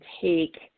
take